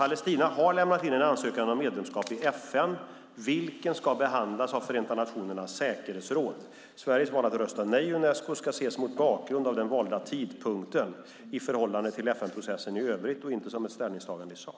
Palestina har lämnat in en ansökan om medlemskap i FN, vilken ska behandlas av Förenta nationernas säkerhetsråd. Sveriges val att rösta nej i Unesco ska ses mot bakgrund av den valda tidpunkten i förhållande till FN-processen i övrigt och inte som ett ställningstagande i sak.